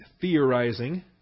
theorizing